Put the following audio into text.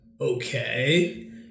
okay